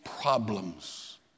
problems